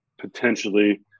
potentially